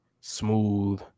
smooth